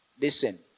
Listen